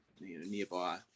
nearby